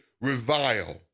revile